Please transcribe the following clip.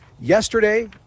Yesterday